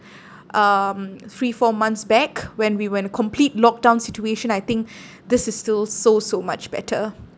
um three four months back when we were in complete lockdown situation I think this is still so so much better